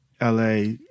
la